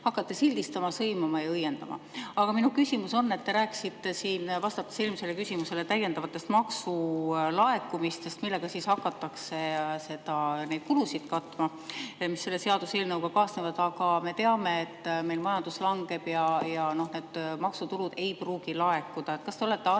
hakkate sildistama, sõimama ja õiendama. Aga minu küsimus on selline. Te rääkisite siin, vastates eelmisele küsimusele, täiendavatest maksulaekumistest, millega hakatakse katma kulusid, mis selle seaduseelnõuga kaasnevad. Aga me teame, et meil majandus langeb ja need maksutulud ei pruugi laekuda. Kas te olete arvestanud